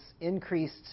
increased